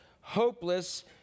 hopeless